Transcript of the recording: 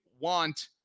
want